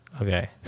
Okay